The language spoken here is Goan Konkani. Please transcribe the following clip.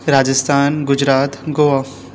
राजस्थान गुजरात गोवा